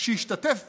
שהשתתף